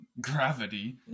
gravity